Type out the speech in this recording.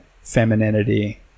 femininity